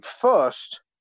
first